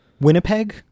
Winnipeg